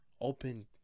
Open